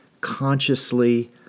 consciously